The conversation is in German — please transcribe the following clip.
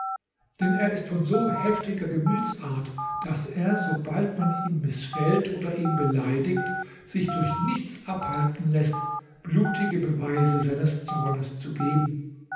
denn er ist von so heftiger gemütsart daß er sobald man ihm mißfällt oder ihn beleidigt sich durch nichts abhalten läßt blutige beweise seines zornes zu geben